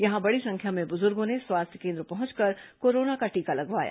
यहां बड़ी संख्या में बुजुर्गो ने स्वास्थ्य केन्द्र पहुंचकर कोरोना का टीका लगवाया